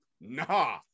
Nah